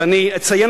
ואני אציין,